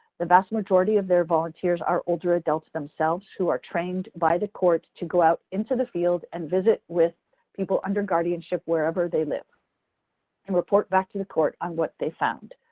the vast majority of their volunteers are older adults themselves who are trained by the courts to go out into the field and visit with people under guardianship wherever they live and report back to the court on what they found.